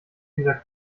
dieser